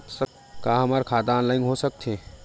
का हमर खाता ऑनलाइन हो सकथे?